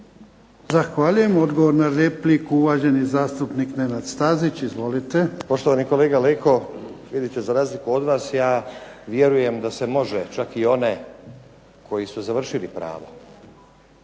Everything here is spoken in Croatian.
Zahvaljujem. Odgovor na repliku, uvaženi zastupnik Nenad Stazić. Izvolite. **Stazić, Nenad (SDP)** Poštovani kolega Leko, vidite za razliku od vas ja vjerujem da se može čak i one koji su završili pravo